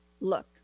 Look